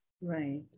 Right